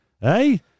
Hey